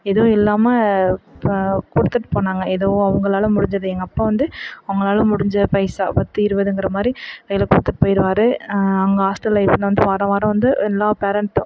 எதுவும் இல்லாமல் கொடுத்துட்டு போனாங்க ஏதோ அவங்களால் முடிஞ்சது எங்கள் அப்பா வந்து அவங்களால் முடிஞ்ச பைசா பத்து இருபதுங்குற மாதிரி கையில் கொடுத்துட்டு போயிடுவார் அங்கே ஹாஸ்டலில் இருந்த வாரம் வாரம் வந்து எல்லா பேரண்ட்டும்